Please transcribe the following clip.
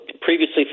previously